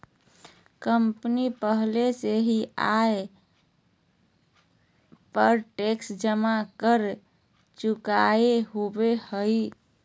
company पहले ही आय पर टैक्स जमा कर चुकय होबो हइ